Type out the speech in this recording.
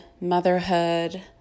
motherhood